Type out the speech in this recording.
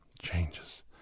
changes